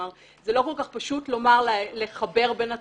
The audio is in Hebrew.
כלומר, זה לא כל כך פשוט לחבר בין התחומים.